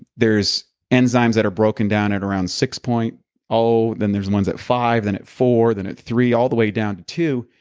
there's enzymes that are broken down at around six point zero then there's ones at five then at four, then at three, all the way down to two.